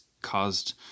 caused